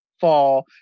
fall